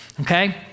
Okay